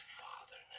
father